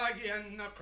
Again